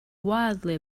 wildly